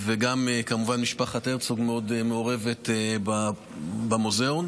גם משפחת הרצוג מאוד מעורבת במוזיאון.